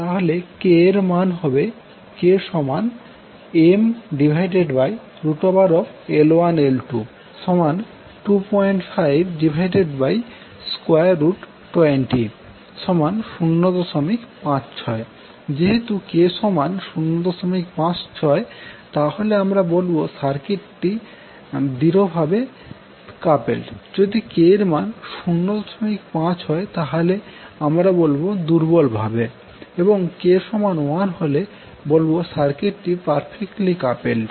তাহলে k এর মান হবে kML1L22520056 যেহেতু k056 তাহলে আমরা বলবো সার্কিটটি দৃঢ়ভাবে কাপেলড যদি k এর মান 05 হয় তাহলে আমরা বলবো দুর্বল ভাবে এবং k1 হলে বলবো সারকিটটি পারফেক্টলি কাপেলড